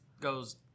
goes